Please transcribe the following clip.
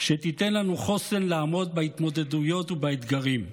שתיתן לנו חוסן לעמוד בהתמודדויות ובאתגרים.